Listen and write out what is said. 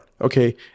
Okay